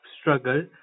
struggle